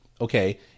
okay